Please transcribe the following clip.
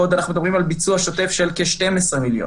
ועוד אנחנו מדברים על ביצוע שוטף של כ-12 מיליון.